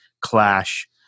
clash